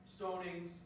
stonings